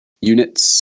units